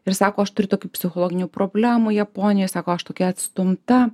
ir sako aš turiu tokių psichologinių problemų japonijoj sako aš tokia atstumta